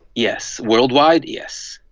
yes. worldwide, yes,